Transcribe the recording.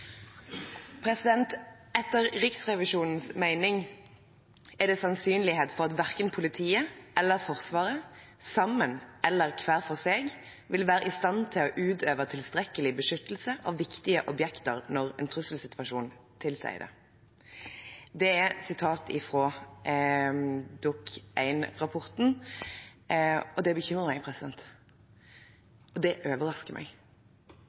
Riksrevisjonens mening er det sannsynlighet for at verken politiet eller Forsvaret, sammen eller hver for seg, vil være i stand til å utøve tilstrekkelig beskyttelse av viktige objekter når en trusselsituasjon tilsier det.» Dette er et sitat fra Dokument 1-rapporten. Det bekymrer meg, og det overrasker meg.